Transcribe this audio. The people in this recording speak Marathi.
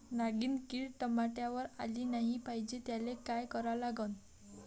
नागिन किड टमाट्यावर आली नाही पाहिजे त्याले काय करा लागन?